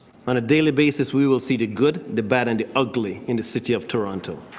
on a daily basis we will see the good, the bad and the ugly in the city of toronto.